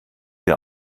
wir